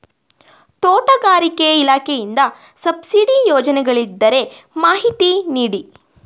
ತೋಟಗಾರಿಕೆ ಇಲಾಖೆಯಿಂದ ಸಬ್ಸಿಡಿ ಯೋಜನೆಗಳಿದ್ದರೆ ಮಾಹಿತಿ ನೀಡಿ?